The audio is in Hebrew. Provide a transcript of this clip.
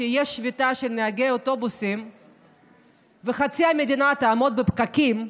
כשיש שביתה של נהגי אוטובוסים וחצי מדינה תעמוד בפקקים,